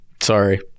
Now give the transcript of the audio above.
Sorry